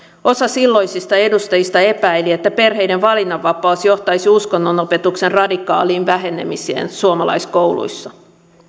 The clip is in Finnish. osa silloisista edustajista epäili että perheiden valinnanvapaus johtaisi uskonnonopetuksen radikaaliin vähenemiseen suomalaiskouluissa